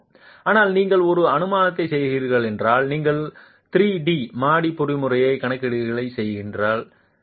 ஆனால் நீங்கள் ஒரு அனுமானத்தை செய்கிறீர்கள் என்றால் நீங்கள் 3D மாடி பொறிமுறையில் கணக்கீடுகளைச் செய்கிறீர்கள் என்றால்